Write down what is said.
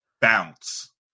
Bounce